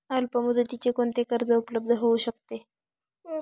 अल्पमुदतीचे कोणते कर्ज उपलब्ध होऊ शकते?